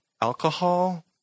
Alcohol